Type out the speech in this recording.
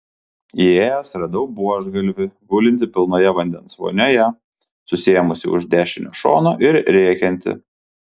įėjęs radau buožgalvį gulintį pilnoje vandens vonioje susiėmusį už dešinio šono ir rėkiantį